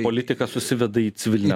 politika susiveda į civilinę